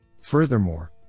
furthermore